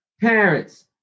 parents